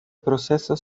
proceso